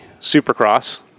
Supercross